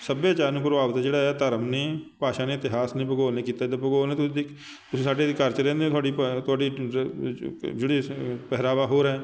ਸੱਭਿਆਚਾਰ ਨੂੰ ਪ੍ਰਭਾਵਿਤ ਜਿਹੜਾ ਹੈ ਧਰਮ ਨੇ ਭਾਸ਼ਾ ਨੇ ਇਤਿਹਾਸ ਨੇ ਭੂਗੋਲ ਨੇ ਕੀਤਾ ਹੈ ਅਤੇ ਭੂਗੋਲ ਨੇ ਤੁਸੀਂ ਤੁਸੀਂ ਸਾਡੇ ਘਰ 'ਚ ਰਹਿੰਦੇ ਹੋ ਤੁਹਾਡੀ ਭਾ ਤੁਹਾਡੀ ਜਿਹੜੀ ਪਹਿਰਾਵਾ ਹੋਰ ਹੈ